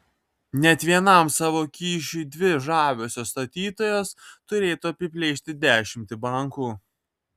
net vienam savo kyšiui dvi žaviosios statytojos turėtų apiplėšti dešimtį bankų